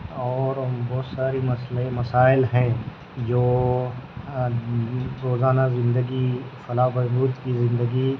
اور ہم بہت ساری مسئلے مسائل ہیں جو روزانہ زندگی فلاح و بہبود کی زندگی